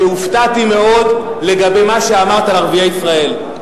שהופתעתי מאוד לגבי מה שאמרת על ערביי ישראל.